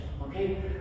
okay